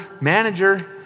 manager